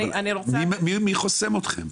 מי חוסם אתכם.